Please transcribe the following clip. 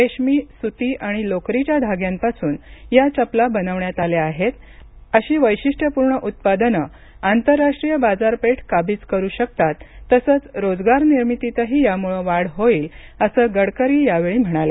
रेशमी सुती आणि लोकरीच्या धाग्यांपासून या चपला बनवण्यात आल्या आहेत अशी वैशिष्ट्यपूर्ण उत्पादनं आंतरराष्ट्रीय बाजारपेठ काबीज करू शकतात तसंच रोजगार निर्मितीतही यामुळे वाढ होईल असं गडकरी यावेळी म्हणाले